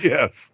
Yes